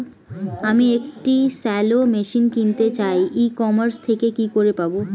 আমি একটি shallow machine কিনতে চাই ই কমার্স থেকে কি করে পাবো?